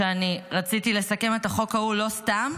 שאני רציתי לסכם את החוק ההוא לא סתם,